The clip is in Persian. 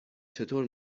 چطور